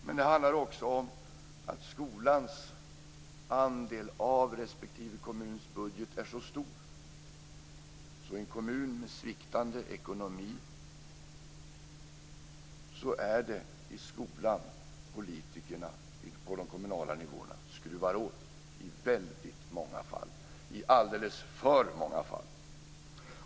Men det handlar också om att skolans andel av respektive kommuns budget är så stor att i en kommun med sviktande ekonomi är det i skolan som politikerna på lokal nivå skruvar åt i väldigt många fall - i alldeles för många fall.